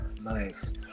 Nice